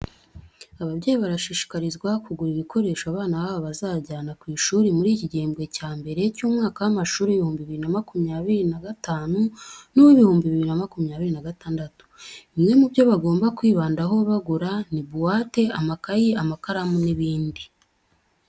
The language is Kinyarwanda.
Ababyeyi barashishikarizwa kugura ibikoresho abana babo bazajyana ku ishuri muri iki gihembwe cya mbere cy'umwaka w'amashuri w'ibihumbi bibiri na makumyabiri na gatanu n'uw'ibihumbi bibiri na makumyabiri na gatandatu. Bimwe mu byo bagomba kwibandaho bagura ni buwate, amakayi, amakaramu n'ibindi.